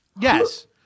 Yes